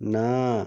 ନାଁ